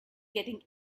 getting